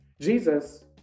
Jesus